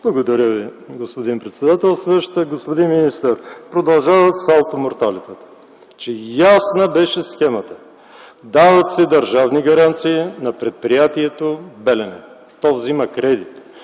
Благодаря Ви, господин председател. Господин министър, продължават салто-морталетата. Ясна беше схемата: дават се държавни гаранции на предприятието „Белене”. То взема кредит.